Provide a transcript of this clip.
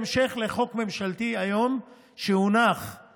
וזה בהמשך לחוק ממשלתי שהונח היום,